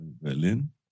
Berlin